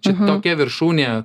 čia tokia viršūnė